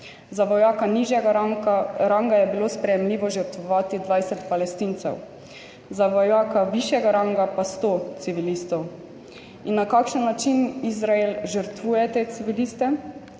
za vojaka nižjega ranga ranga je bilo sprejemljivo žrtvovati 20 Palestincev, za vojaka višjega ranga pa 100 civilistov. In na kakšen način Izrael žrtvuje te civiliste?